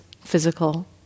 physical